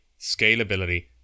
scalability